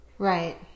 Right